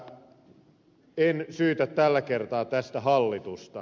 mutta en syytä tällä kertaa tästä hallitusta